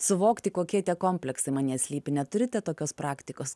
suvokti kokie tie kompleksai manyje slypi neturite tokios praktikos